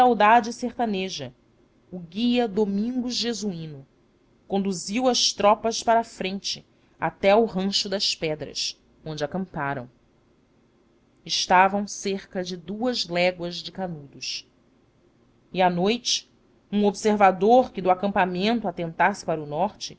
sertaneja o guia domingos jesuíno conduziu as tropas para a frente até ao rancho das pedras onde acamparam estavam cerca de duas léguas de canudos e à noite um observador que do acampamento atentasse para o norte